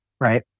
Right